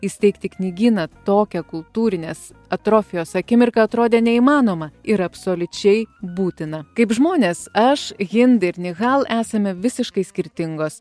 įsteigti knygyną tokią kultūrinės atrofijos akimirką atrodė neįmanoma ir absoliučiai būtina kaip žmonės aš hind ir nihal gal esame visiškai skirtingos